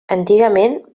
antigament